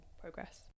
progress